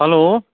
hello